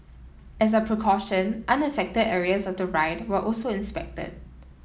as a precaution unaffected areas of the ride were also inspected